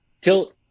till